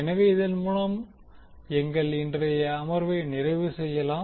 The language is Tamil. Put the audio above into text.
எனவே இதன் மூலம் எங்கள் இன்றைய அமர்வை நிறைவு செய்யலாம்